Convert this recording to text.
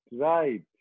right